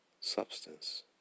substance